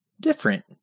different